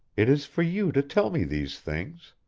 it is for you to tell me these things.